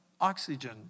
oxygen